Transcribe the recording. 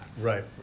Right